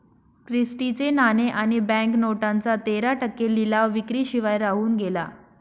Christie चे नाणे आणि बँक नोटांचा तेरा टक्के लिलाव विक्री शिवाय राहून गेला